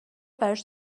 براش